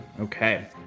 okay